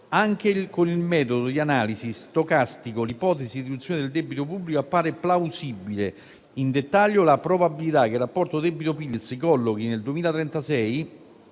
Anche con il metodo di analisi stocastico, l'ipotesi di riduzione del debito pubblico appare plausibile. In dettaglio, la probabilità che il rapporto debito-PIL si collochi nel 2036